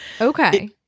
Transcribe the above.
Okay